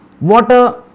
water